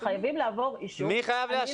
חייבים לעבור אישור --- מי חייב לאשר